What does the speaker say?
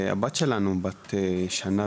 הבת שלנו בת שנה